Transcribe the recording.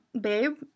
babe